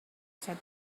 said